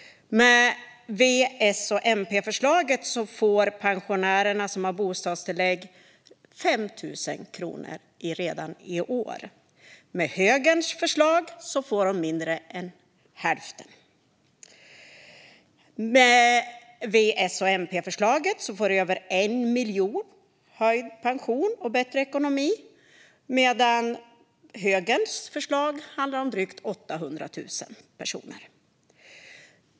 Med V-S-MP-förslaget får pensionärerna som har bostadstillägg 5 000 kronor redan i år. Med högerns förslag får de mindre än hälften. Med VSMP-förslaget får över 1 miljon höjd pension och bättre ekonomi. Med högerns förslag blir det drygt 800 000 personer.